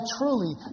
truly